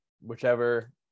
whichever